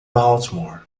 baltimore